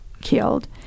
killed